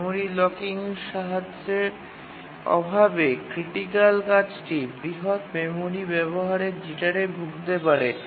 memory locking সাহায্যের অভাবে critical কাজটি বৃহৎ মেমরি ব্যাবহারের জিটারে ভুগতে পারে